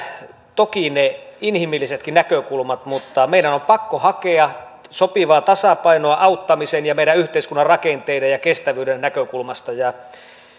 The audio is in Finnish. toki ne inhimillisetkin näkökulmat mutta meidän on pakko hakea sopivaa tasapainoa auttamisen ja meidän yhteiskunnan rakenteiden ja kestävyyden näkökulmasta